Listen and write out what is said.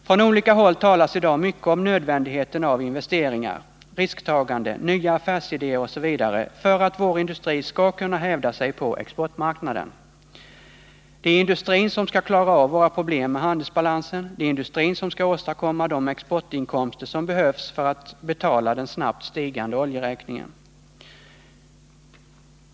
Från olika håll talas i dag mycket om nödvändigheten av investeringar, risktaganden, nya affärsidéer osv. för att vår industri skall kunna hävda sig på exportmarknaden. Det är industrin som skall klara av våra problem med handelsbalansen. Det är industrin som skall åstadkomma de exportinkomster som behövs för att betala den snabbt stigande oljeräkningen.